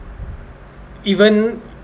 even